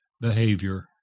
Behavior